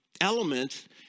elements